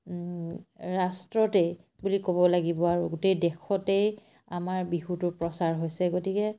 ৰাষ্ট্ৰতেই বুলি ক'ব লাগিব আৰু গোটেই দেশতেই আমাৰ বিহুটো প্ৰচাৰ হৈছে গতিকে